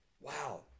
wow